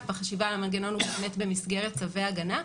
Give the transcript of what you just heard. החשיבה על המנגנון הוא במסגרת צווי הגנה,